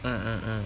mm mm mm